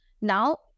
Now